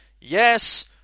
Yes